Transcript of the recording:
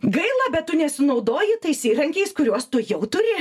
gaila bet tu nesinaudoji tais įrankiais kuriuos tu jau turi